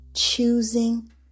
Choosing